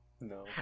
No